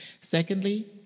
Secondly